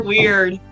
Weird